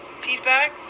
feedback